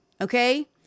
Okay